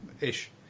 Ish